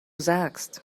sagst